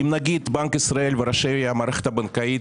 אם נגיד בנק ישראל וראשי המערכת הבנקאית